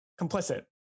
complicit